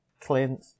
Clint